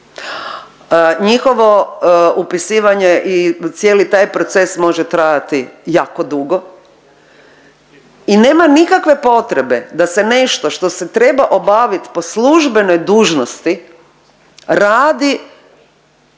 njihovo upisivanje i cijeli taj proces može trajati jako dugo i nema nikakve potrebe da se nešto što se treba obaviti po službenoj dužnosti radi